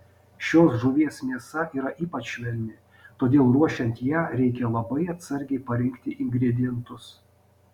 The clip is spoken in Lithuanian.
šios žuvies mėsa yra ypač švelni todėl ruošiant ją reikia labai atsargiai parinkti ingredientus